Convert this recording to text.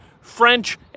French